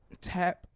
tap